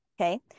Okay